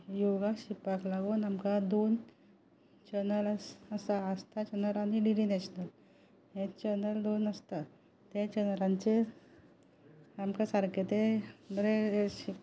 योगा शिकपाक लागून आमकां दोन चॅनल आसा आस्था चॅनल आनी डी डी नेशनल हे चॅनल दोन आसता ते चॅनलांचेर आमकां सारके ते बरें